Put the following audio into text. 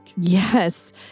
Yes